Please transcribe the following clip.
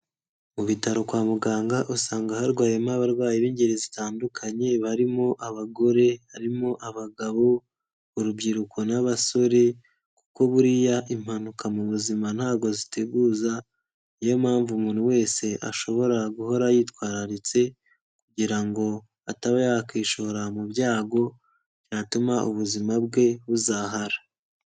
Mu bitaro kwa muganga usanga harwayemo abarwayi b'ingeri zitandukanye barimo abagore, harimo abagabo, urubyiruko n'abasore kuko buriya impanuka mu buzima ntago ziteguza niyo mpamvu umuntu wese ashobora guhora yitwararitse kugira ngo ataba yakwishora mu byago byatuma ubuzima bwe buzahara.